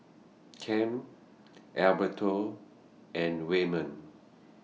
Kem Alberto and Wayman